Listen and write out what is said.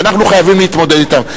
שאנחנו חייבים להתמודד אתם,